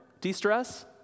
De-stress